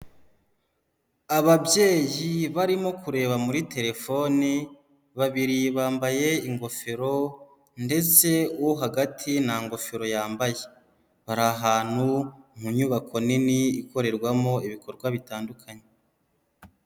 Ababyeyi barimo kureba muri terefoni, babiri bambaye ingofero, ndetse uwo hagati nta ngofero yambaye. Bari ahantu mu nyubako nini, ikorerwamo ibikorwa bitandukanye.